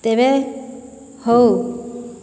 ତେବେ ହଉ